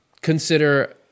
consider